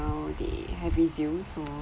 they have resumed so